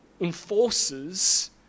enforces